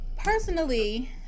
personally